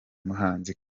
muhanzi